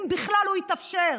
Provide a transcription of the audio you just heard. אם בכלל הוא יתאפשר.